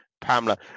pamela